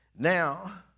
now